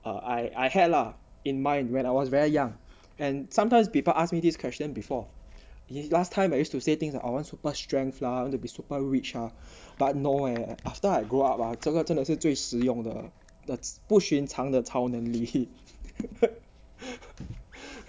uh I I had lah in mind when I was very young and sometimes people asked me this question before see last time I used to say things are one super strength lah to be super rich ah but no eh after I grew up 这个真的是最实用的不寻常的超能力